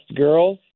girls